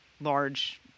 large